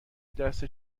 دست